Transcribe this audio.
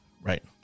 Right